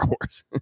wars